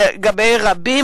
לגבי רבים